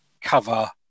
cover